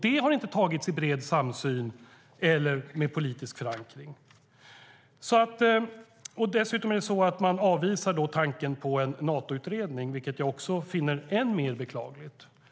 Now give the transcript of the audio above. De har inte antagits i bred samsyn eller med politisk förankring. Man avvisar tanken på en Natoutredning, vilket jag också finner än mer beklagligt.